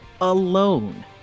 alone